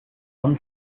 palm